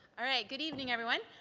alright, good evening, everyone.